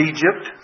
Egypt